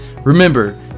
Remember